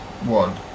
One